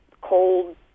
cold